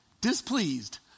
displeased